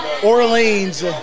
Orleans